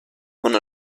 con